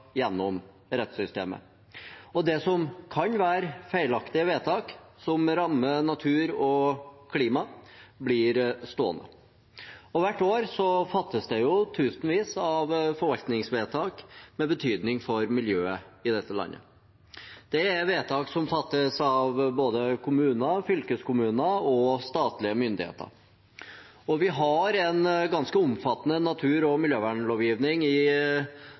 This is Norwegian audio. gjennom rettssystemet. Og det som kan være feilaktige vedtak som rammer natur og klima, blir stående. Hvert år fattes det tusenvis av forvaltningsvedtak med betydning for miljøet i dette landet. Det er vedtak som fattes både av kommuner, fylkeskommuner og statlige myndigheter. Vi har en ganske omfattende natur- og miljøvernlovgivning i